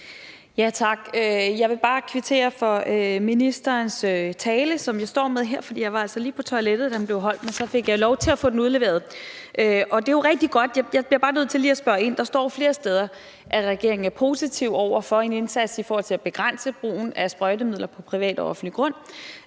kvittere for ministerens tale, som jeg står med her, for jeg var altså lige på toilettet, da den blev holdt, men så fik jeg lov til at få den udleveret, og det er jo rigtig godt, men jeg bliver bare nødt til lige at spørge ind til indsatsen. Der står flere steder, at regeringen er positiv over for en indsats i forhold til at begrænse brugen af sprøjtemidler på privat og offentlig grund,